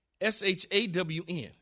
S-H-A-W-N